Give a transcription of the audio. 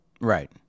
Right